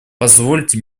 позвольте